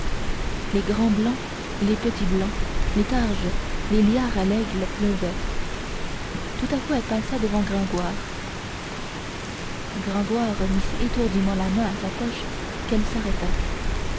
les grands blancs les petits blancs les targes les liards à laigle pleuvaient tout à coup elle passa devant gringoire gringoire mit si étourdiment la main à sa poche qu'elle s'arrêta